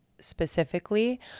specifically